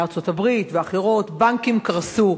ארצות-הברית ואחרות, בנקים קרסו,